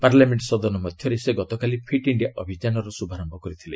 ପାର୍ଲାମେଙ୍କ ସଦନ ମଧ୍ୟରେ ସେ ଗତକାଲି ଫିଟ୍ ଇଞ୍ଜିଆ ଅଭିଯାନର ଶୁଭାରମ୍ଭ କରିଥିଲେ